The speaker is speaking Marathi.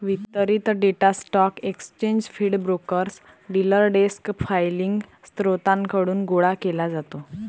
वितरित data stock exchange feed, brokers, dealer desk filing स्त्रोतांकडून गोळा केला जातो